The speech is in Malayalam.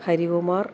ഹരികുമാർ